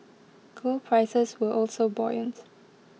gold prices were also buoyant